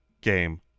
game